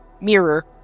Mirror